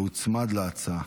שהוצמדה להצעה.